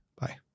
Bye